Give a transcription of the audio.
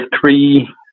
three